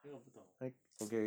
那个我不懂